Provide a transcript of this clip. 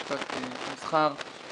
לשכת המסחר.